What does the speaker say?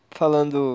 falando